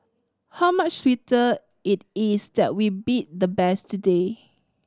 how much sweeter it is that we beat the best today